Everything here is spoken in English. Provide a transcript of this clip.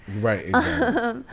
right